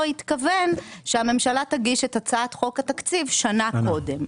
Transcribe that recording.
התכוון שהממשלה תגיש את הצעת חוק התקציב שנה קודם.